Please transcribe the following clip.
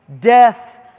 death